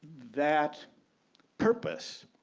that purpose